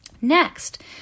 Next